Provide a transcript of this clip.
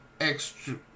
extra